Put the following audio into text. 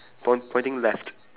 point pointing left